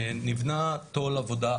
נבנה תו"ל עבודה,